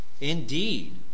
Indeed